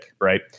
right